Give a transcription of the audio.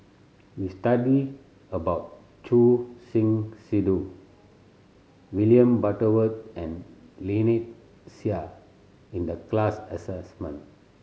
we study about Choor Singh Sidhu William Butterworth and Lynnette Seah in the class assignment